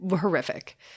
Horrific